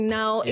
now